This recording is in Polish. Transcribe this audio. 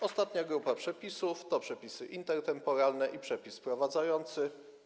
Ostatnia grupa przepisów to przepisy intertemporalne i przepis wprowadzający.